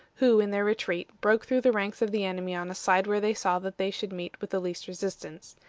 who, in their retreat, broke through the ranks of the enemy on a side where they saw that they should meet with the least resistance.